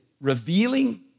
Revealing